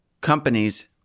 companies